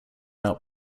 out